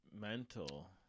mental